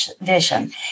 vision